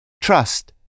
Trust